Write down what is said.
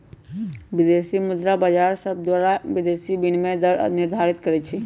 विदेशी मुद्रा बाजार सभे मुद्रा विदेशी विनिमय दर निर्धारित करई छई